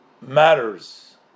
matters